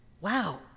Wow